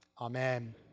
Amen